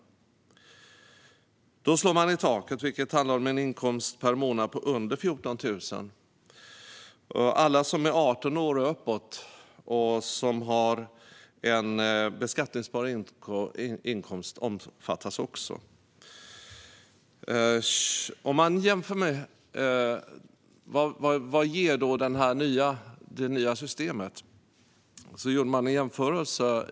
Där slår man i taket. Det handlar om en inkomst per månad på under 14 000. Alla som är 18 år och uppåt och har beskattningsbar inkomst omfattas. Vad ger då det här nya systemet?